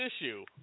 issue